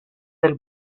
del